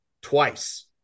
twice